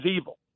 evil